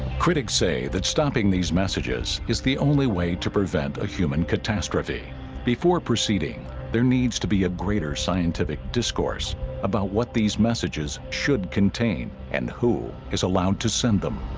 critics say that stopping these messages is the only way to prevent a human catastrophe before proceeding there needs to be a greater scientific discourse about what these messages should contain and who is allowed to send them